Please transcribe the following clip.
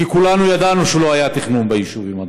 כי כולנו ידענו שלא היה תכנון ביישובים הדרוזיים.